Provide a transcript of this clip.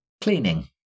cleaning